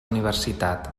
universitat